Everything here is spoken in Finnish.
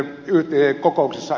arvoisa puhemies